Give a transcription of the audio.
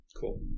Cool